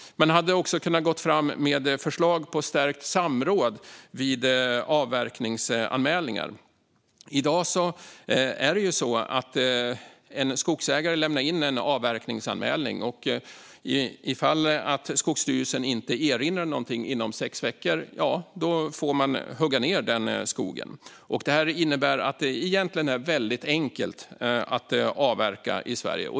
Man hade också kunnat gå fram med förslag om stärkt samråd vid avverkningsanmälningar. I dag är det så att en skogsägare lämnar in en avverkningsanmälan, och om Skogsstyrelsen inte kommer med en erinran om något inom sex veckor får man hugga ned skogen. Det innebär att det egentligen är väldigt enkelt att avverka i Sverige.